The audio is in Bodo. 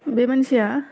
बे मानसिया